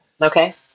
Okay